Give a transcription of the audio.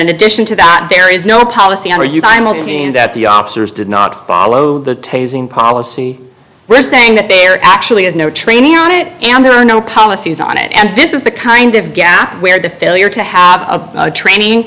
in addition to that there is no policy that the officers did not follow the tasing policy we're saying that there actually is no training on it and there are no policies on it and this is the kind of gap where the failure to have a training